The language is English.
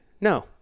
no